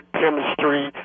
chemistry